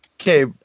Okay